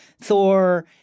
Thor